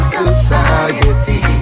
society